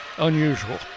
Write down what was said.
Unusual